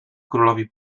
królowi